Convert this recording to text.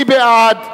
מי בעד?